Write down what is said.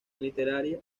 literaria